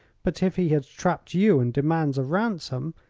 but if he has trapped you, and demands a ransom,